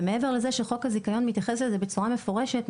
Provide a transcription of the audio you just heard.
מעבר לזה שחוק הזיכיון מתייחס לזה בצורה מפורשת,